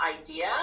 idea